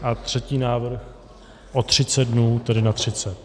A třetí návrh o 30 dnů, tedy na 30.